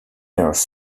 air